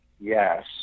yes